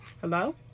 Hello